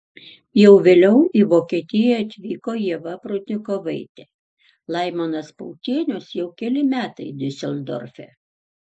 jau vėliau į vokietiją atvyko ieva prudnikovaitė laimonas pautienius jau keli metai diuseldorfe